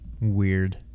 weird